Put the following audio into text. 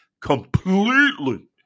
Completely